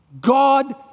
god